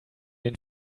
den